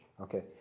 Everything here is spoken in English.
okay